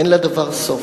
אין לדבר סוף.